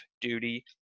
duty